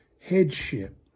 headship